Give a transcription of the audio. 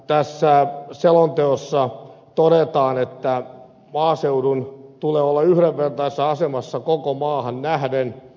tässä selonteossa todetaan että maaseudun tulee olla yhdenvertaisessa asemassa koko maahan nähden